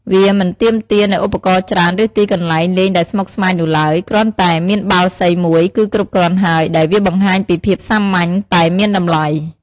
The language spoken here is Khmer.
វាមិនទាមទារនូវឧបករណ៍ច្រើន ឬទីកន្លែងលេងដែលស្មុគស្មាញនោះឡើយ គ្រាន់តែមានបាល់សីមួយគឺគ្រប់គ្រាន់ហើយ ដែលវាបង្ហាញពីភាពសាមញ្ញតែមានតម្លៃ។